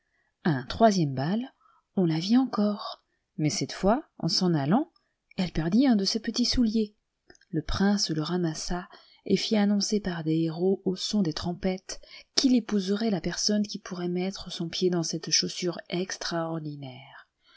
un troisième bal on la vit encore mais cette fois en s'en allant elle perdit un de ses petits souliers le prince le ramassa et fit annoncer par des hérauts au son des trompettes qu'il épouserait la personne qui pourrait mettre son pied dans cette chaussure extraordinaire